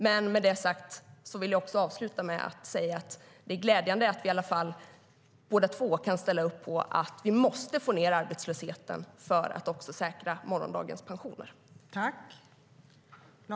Men med det sagt vill jag avsluta med att säga att det är glädjande att vi i alla fall båda två kan ställa upp på att vi måste få ned arbetslösheten för att också säkra morgondagens pensioner.